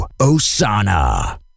Osana